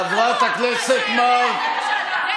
אתה צבוע, זה מה שאתה אתה, חברת הכנסת מארק.